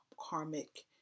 karmic